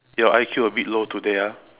your I_Q a bit low today ah